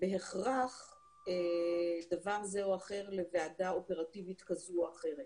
בהכרח דבר זה או אחר לדאגה אופרטיבית כזו או אחרת